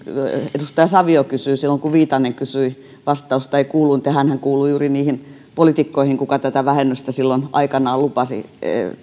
edustaja savio kysyi silloin kun viitanen kysyi vastausta ei kuulunut ja hänhän nykyinen ulkoministeri siis kuului juuri niihin poliitikkoihin ketkä tätä vähennystä silloin aikanaan lupasivat